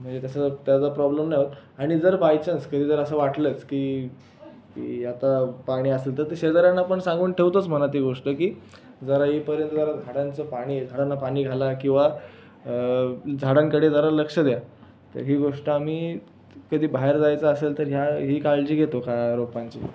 म्हणजे तसं त्याचा प्रॉब्लेम नाही होत आणि जर बाय चान्स कधी जर असं वाटलंच की की आता पाणी असेल तर ते शेजाऱ्यांना पण सांगून ठेवतोच म्हणा ती गोष्ट की जरा येईपर्यंत जरा झाडांचं पाणी झाडांना पाणी घाला किंवा झाडांकडे जरा लक्ष द्या तर ही गोष्ट आम्ही कधी बाहेर जायचं असेल तर ह्या ही काळजी घेतो खा रोपांची